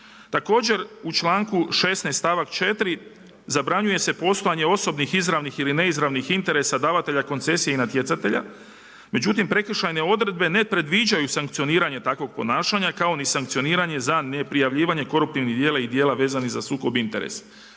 Također, u članku 16. stavak 4., zabranjuje se poslovanje izravnih ili neizravnih interesa davatelja koncesije i natjecatelja, međutim, prekršajne odredbe ne predviđaju sankcioniranje takvog ponašanja kao ni sankcioniranje za neprijavljivanje koruptivnih djela i djela vezanih za sukob interesa